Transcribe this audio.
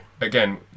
again